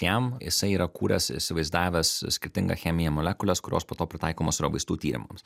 jam jisai yra kūręs įsivaizdavęs skirtingą chemiją molekules kurios po to pritaikomos yra vaistų tyrimams